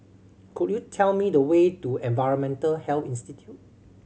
could you tell me the way to Environmental Health Institute